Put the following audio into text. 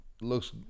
Looks